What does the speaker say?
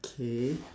okay